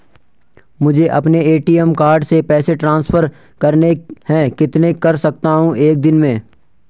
मुझे अपने ATM card से पैसे ट्रांसफर करने हैं कितने कर सकता हूँ एक दिन में?